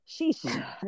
sheesh